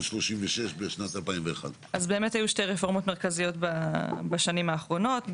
36 בשנת 2021. באמת היו שתי רפורמות מרכזיות בשנים האחרונות.